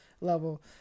level